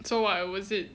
so I was it